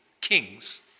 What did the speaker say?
kings